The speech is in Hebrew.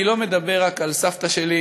אני לא מדבר רק על סבתא שלי,